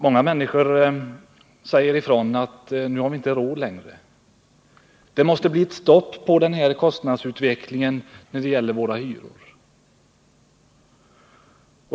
Många människor säger att nu har vi inte råd längre. Det måste bli ett stopp på kostnadsutvecklingen när det gäller våra hyror.